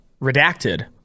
redacted